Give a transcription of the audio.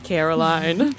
Caroline